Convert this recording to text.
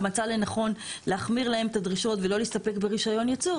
מצא לנכון להחמיר להם את הדרישות ולא להסתפק ברישיון ייצור,